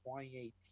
2018